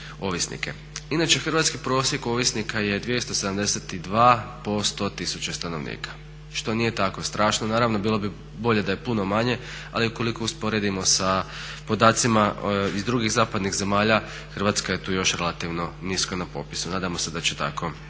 Inače hrvatski prosjek ovisnika je 272 po 100 tisuća stanovnika, što nije tako strašno. Naravno, bilo bi bolje da je puno manje, ali ukoliko usporedimo sa podacima iz drugih zapadnih zemalja Hrvatska je tu još relativno nisko na popisu. Nadamo se da će tako